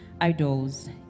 idols